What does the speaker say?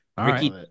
Ricky